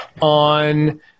on